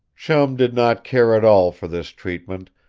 chum did not care at all for this treatment,